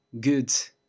good